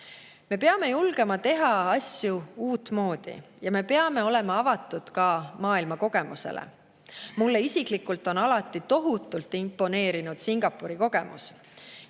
Me peame julgema teha asju uutmoodi ja me peame olema avatud ka maailma kogemusele. Mulle isiklikult on alati tohutult imponeerinud Singapuri kogemus.